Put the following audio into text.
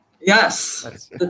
Yes